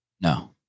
No